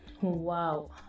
Wow